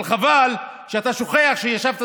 אבל חבל שאתה שוכח שישבת בממשלה,